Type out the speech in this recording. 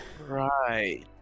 right